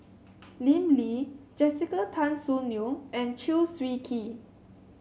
Lim Lee Jessica Tan Soon Neo and Chew Swee Kee